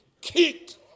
kicked